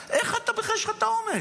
איך אתה בכלל יש לך את האומץ?